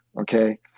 Okay